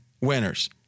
winners